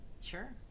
Sure